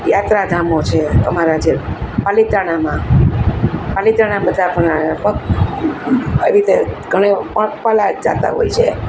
યાત્રા ધામો છે અમારા જે પાલીતાણામાં પાલીતાણા બધા એવી રીતે ઘણાં પગપાળા જતાં હોય છે